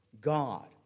God